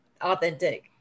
authentic